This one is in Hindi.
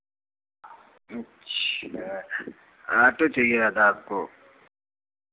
अच्छा ऑटो चाहिए दादा आपको